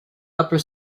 upper